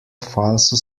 falso